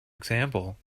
example